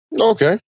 Okay